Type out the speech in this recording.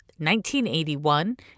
1981